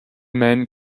men